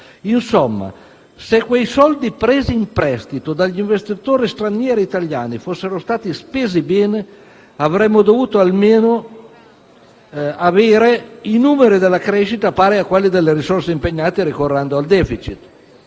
Insomma, se quei soldi presi in prestito dagli investitori stranieri e italiani fossero stati spesi bene, avremmo dovuto almeno avere i numeri della crescita pari a quelli delle risorse impegnate ricorrendo al *deficit*.